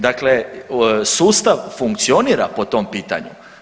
Dakle, sustav funkcionira po tom pitanju.